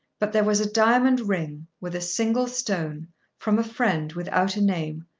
but there was a diamond ring with a single stone from a friend, without a name,